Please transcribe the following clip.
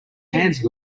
hands